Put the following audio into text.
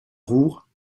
roure